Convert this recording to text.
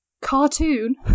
cartoon